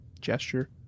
gesture